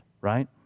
right